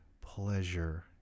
pleasure